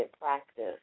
practice